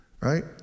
Right